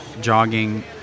jogging